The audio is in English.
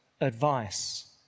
advice